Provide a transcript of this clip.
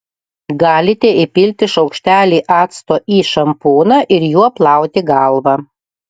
galite įpilti šaukštelį acto į šampūną ir juo plauti galvą